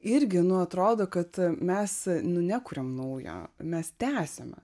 irgi nu atrodo kad mes nu nekuriam naujo mes tęsiame